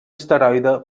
asteroide